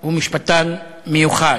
הוא משפטן מיוחד.